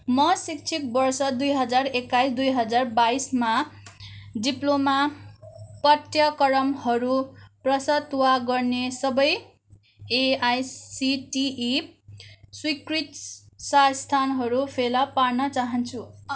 म शैक्षिक वर्ष दुई हजार एक्काइस दुई हजार बाइसमा डिप्लोमा पठ्यक्रमहरू प्रस्ताव गर्ने सबै एआइसिटिई स्वीकृत संस्थानहरू फेला पार्न चाहन्छु